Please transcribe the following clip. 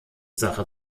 sache